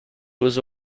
was